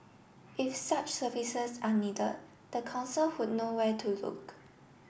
if such services are needed the council would know where to look